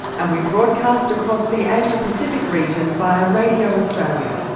and we broadcast across the asia pacific region via radio australia.